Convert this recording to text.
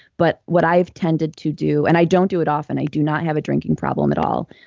but what i've tended to do, and i don't do it often, i do not have a drinking problem at all,